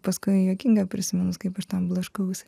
paskui juokinga prisiminus kaip aš ten blaškausi